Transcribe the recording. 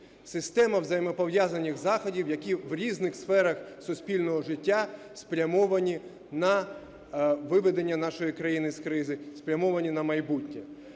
система взаємопов'язаних заходів, які в різних сферах суспільного життя спрямовані на виведення нашої країни з кризи, спрямовані на майбутнє.